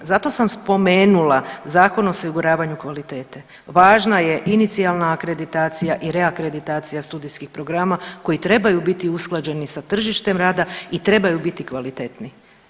Zato sam spomenula Zakon o osiguravanju kvalitete, važna je inicijalna akreditacija i reakreditacija studijskih programa koji trebaju biti usklađeni sa tržištem rada i trebaju biti kvalitetni.